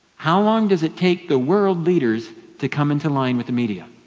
how long does it take the world leaders to come into line with the media?